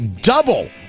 double